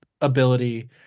ability